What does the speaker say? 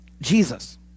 Jesus